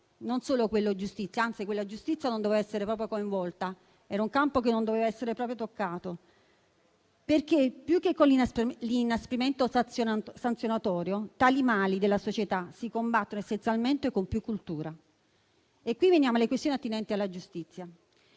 non solo la giustizia, anzi, la giustizia non doveva essere proprio coinvolta. Era un campo che non doveva essere proprio toccato, perché più che con l'inasprimento sanzionatorio, tali mali della società si combattono essenzialmente con più cultura. E qui veniamo alle questioni attinenti alla giustizia.